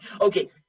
Okay